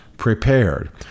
Prepared